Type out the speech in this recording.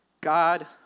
God